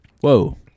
Whoa